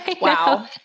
Wow